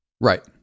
Right